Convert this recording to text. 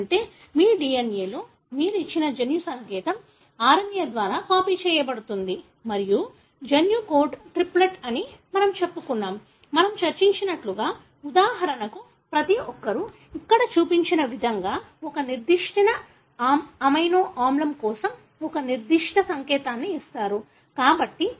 అంటే మీ DNA లో మీరు ఇచ్చిన జన్యు సంకేతం RNA ద్వారా కాపీ చేయబడుతోంది మరియు జన్యు కోడ్ త్రిప్లెట్ అని మనము చెప్పుకున్నాము మనము చర్చించినట్లుగా ఉదాహరణకు ప్రతి ఒక్కరూ ఇక్కడ చూపిన విధంగా ఒక నిర్దిష్ట అమైనో ఆమ్లం కోసం ఒక నిర్దిష్ట సంకేతాన్ని ఇస్తారు